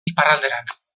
iparralderantz